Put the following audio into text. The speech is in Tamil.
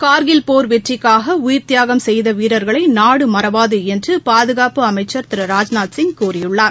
கார்கில் போர் வெற்றிக்காகஉயிர்த்தியாகம் செய்தவீரர்களைநாடுமறவாதுஎன்றுபாதுகாப்பு அமைச்சர் திரு ராஜ்நாத்சிங் கூறியுள்ளார்